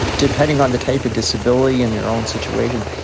depending on the type of disability and their own situation,